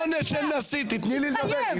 תתחייב.